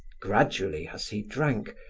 gradually, as he drank,